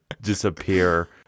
disappear